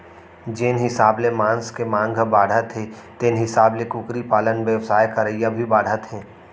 जेन हिसाब ले मांस के मांग ह बाढ़त हे तेन हिसाब ले कुकरी पालन बेवसाय करइया भी बाढ़त हें